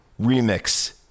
remix